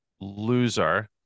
loser